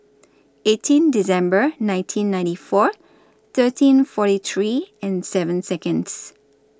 eighteen December nineteen ninety four thirteen forty three and seven Seconds